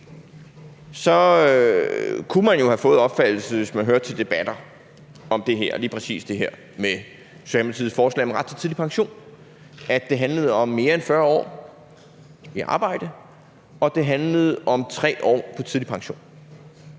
kunne man jo have fået opfattelsen, hvis man hørte debatter om lige præcis det her om Socialdemokratiets forslag om ret til tidlig pension, at det handlede om mere end 40 år i arbejde, og at det handlede om 3 år på tidlig pension.